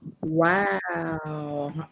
Wow